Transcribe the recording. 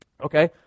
Okay